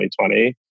2020